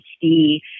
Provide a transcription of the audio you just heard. see